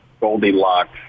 Goldilocks